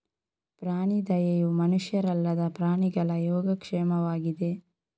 ಪ್ರಾಣಿ ದಯೆಯು ಮನುಷ್ಯರಲ್ಲದ ಪ್ರಾಣಿಗಳ ಯೋಗಕ್ಷೇಮವಾಗಿದೆ